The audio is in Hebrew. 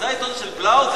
זה העיתון של בלאו?